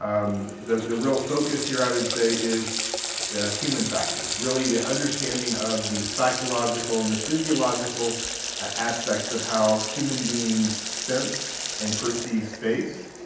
um the the real focus here i would say is yeah human factors. really the understanding of the psychological and the physiological aspects of how human beings sense and perceive space,